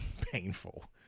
painful